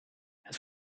het